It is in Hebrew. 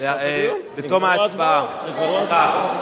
בתום הדיון או עכשיו?